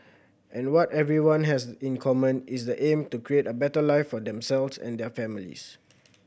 and what everyone has in common is the aim to create a better life for themselves and their families